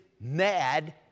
mad